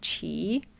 chi